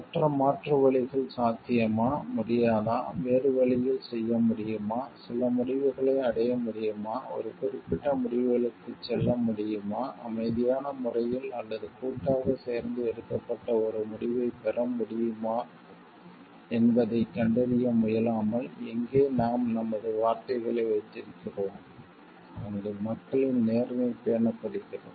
மற்ற மாற்று வழிகள் சாத்தியமா முடியாதா வேறு வழியில் செய்ய முடியுமா சில முடிவுகளை அடைய முடியுமா ஒரு குறிப்பிட்ட முடிவுகளுக்குச் செல்ல முடியுமா அமைதியான முறையில் அல்லது கூட்டாகச் சேர்ந்து எடுக்கப்பட்ட ஒரு முடிவைப் பெற முடியுமா என்பதைக் கண்டறிய முயலாமல் எங்கே நாம் நமது வார்த்தைகளை வைத்திருக்கிறோம் அங்கு மக்களின் நேர்மை பேணப்படுகிறது